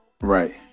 Right